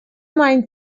mind